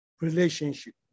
relationship